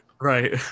Right